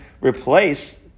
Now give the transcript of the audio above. replace